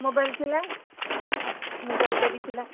mobile ଥିଲା ମୋବାଇଲ୍ଟା ବି ଥିଲା